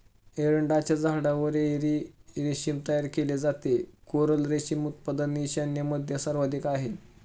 एरंडाच्या झाडावर एरी रेशीम तयार केले जाते, कोरल रेशीम उत्पादन ईशान्येमध्ये सर्वाधिक आहे